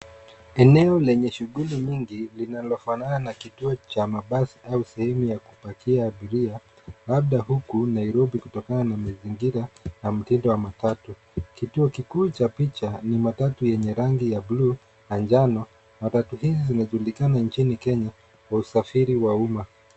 Eneo lenye shuguli nyingi linalofanana na kituo cha mabasi au sehemu ya kupakia abiria, labda huku Nairobi kutokana na mazingira na mtindo wa matatu. Kituo kikuu cha picha ni matatu yenye rangi ya buluu na njano. Matatu hizi zinajulikana nchini Kenya kwa usafiri wa umma.